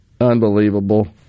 Unbelievable